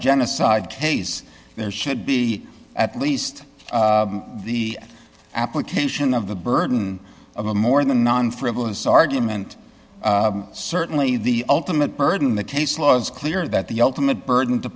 genocide case there should be at least the application of the burden of a more than non frivolous argument certainly the ultimate burden the case law is clear that the ultimate burden to